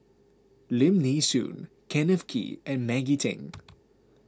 Lim Nee Soon Kenneth Kee and Maggie Teng